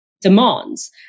demands